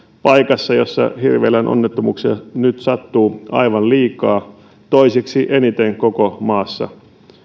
paikassa jossa hirvieläinonnettomuuksia nyt sattuu aivan liikaa toiseksi eniten koko maassa